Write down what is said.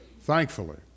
Thankfully